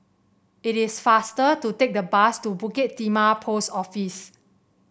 it is faster to take the bus to Bukit Timah Post Office